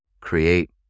create